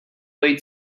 way